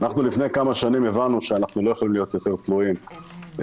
לפני כמה שנים הבנו שאנחנו לא יכולים להיות יותר תלויים בגופים